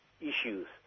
issues